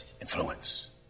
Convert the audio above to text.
Influence